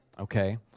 okay